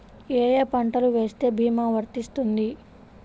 ఏ ఏ పంటలు వేస్తే భీమా వర్తిస్తుంది?